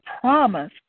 promise